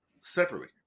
separately